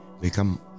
become